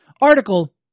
article